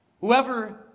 Whoever